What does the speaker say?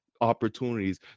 opportunities